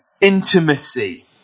intimacy